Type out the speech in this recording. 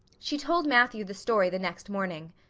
she told matthew the story the next morning.